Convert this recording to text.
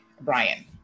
Brian